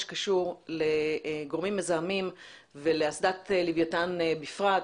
שקשור לגורמים מזהמים ולאסדת לוויתן בפרט,